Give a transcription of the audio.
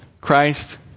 Christ